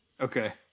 Okay